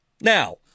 Now